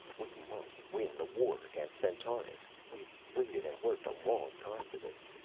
we must win the war against centaurus. we've waited and worked a long time for this,